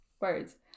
Words